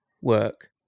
work